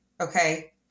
Okay